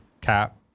cap